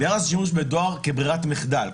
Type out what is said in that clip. ביחס לשימוש בדואר כברירת מחדל,